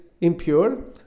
impure